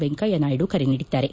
ವೆಂಕಯ್ಯನಾಯ್ದು ಕರೆ ನೀಡಿದ್ದಾರೆ